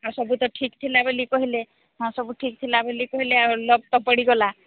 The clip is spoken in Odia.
ଆଉ ସବୁ ତ ଠିକ୍ ଥିଲା ବୋଲି କହିଲେ ହଁ ସବୁ ଠିକ୍ ଥିଲା ବୋଲି କହିଲେ ଆଉ ଲକ୍ ତ ପଡ଼ିଗଲା